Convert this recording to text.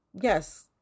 yes